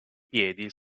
piedi